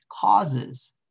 causes